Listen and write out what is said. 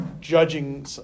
judging